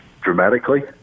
dramatically